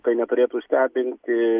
tai neturėtų stebinti